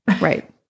Right